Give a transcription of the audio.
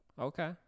okay